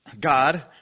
God